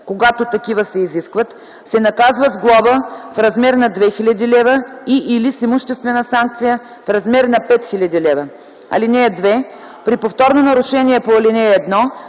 когато такива се изискват, се наказва с глоба в размер на 2000 лв. и/или с имуществена санкция в размер на 5000 лв. (2) При повторно нарушение по ал. 1